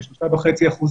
כ-3.5%,